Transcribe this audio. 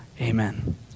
Amen